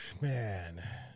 Man